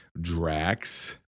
Drax